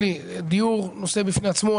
אלי, דיור נושא בפני עצמו.